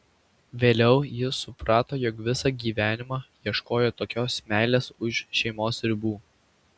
vėliau jis suprato jog visą gyvenimą ieškojo tokios meilės už šeimos ribų